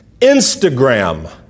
Instagram